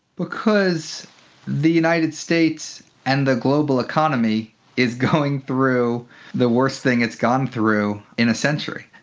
because the united states and the global economy is going through the worse thing it's gone through in a century,